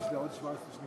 יש לי עוד 17 שניות.